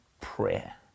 prayer